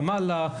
רמאללה,